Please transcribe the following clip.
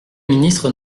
ministres